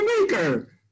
maker